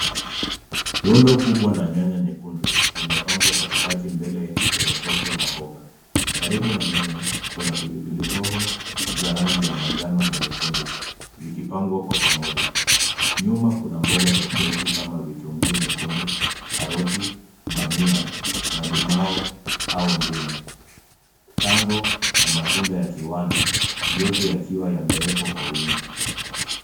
Rundo kubwa la nyanya nyekundu limepangwa katikati mbele kwenye soko la mboga. Karibu na nyanya kuna pilipili hoho za rangi ya manjano na nyekundu zikipangwa kwa pamoja, nyuma kuna mboga tofauti kama vitunguu nyekundu, karoti, bamia, malimau au ndimu, tango na matunda ya kiwano yote yakiwa yamewekwa kwa uwingi.